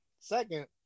Second